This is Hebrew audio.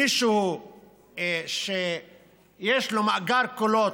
מישהו שיש לו מאגר קולות,